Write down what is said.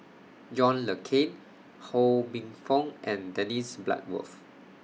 John Le Cain Ho Minfong and Dennis Bloodworth